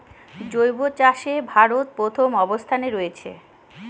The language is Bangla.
জৈব চাষে ভারত প্রথম অবস্থানে রয়েছে